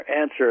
answer